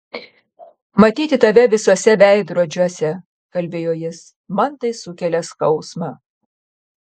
matyti tave visuose veidrodžiuose kalbėjo jis man tai sukelia skausmą